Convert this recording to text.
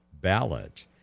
ballot